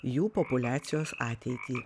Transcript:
jų populiacijos ateitį